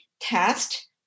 test